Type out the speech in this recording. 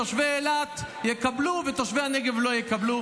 תושבי אילת יקבלו ותושבי הנגב לא יקבלו,